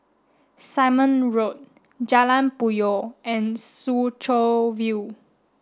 Simon Road Jalan Puyoh and Soo Chow View